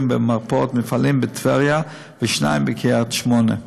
במרפאות-מפעלים בטבריה ושניים בקריית-שמונה.